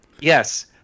Yes